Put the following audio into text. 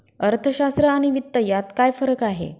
अर्थशास्त्र आणि वित्त यात काय फरक आहे